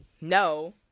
no